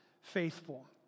faithful